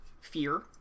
fear